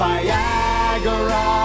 Viagra